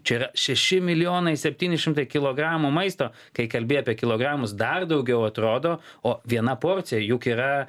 čia šeši milijonai septyni šimtai kilogramų maisto kai kalbi apie kilogramus dar daugiau atrodo o viena porcija juk yra